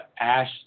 Ash